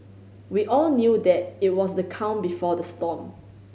we all knew that it was the calm before the storm